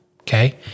Okay